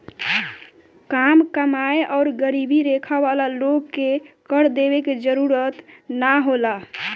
काम कमाएं आउर गरीबी रेखा वाला लोग के कर देवे के जरूरत ना होला